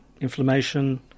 inflammation